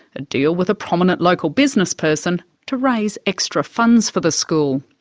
a deal with a prominent local businessperson to raise extra funds for the school.